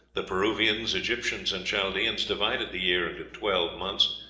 the peruvians, egyptians, and chaldeans divided the year into twelve months,